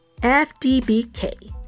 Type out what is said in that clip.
FDBK